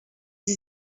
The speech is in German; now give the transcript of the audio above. sie